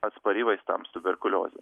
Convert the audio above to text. atspari vaistams tuberkuliozė